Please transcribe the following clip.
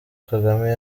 kagame